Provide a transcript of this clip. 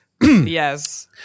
Yes